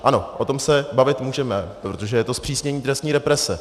Ano, o tom se bavit můžeme, protože je to zpřísnění trestní represe.